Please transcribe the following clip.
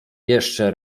jeszcze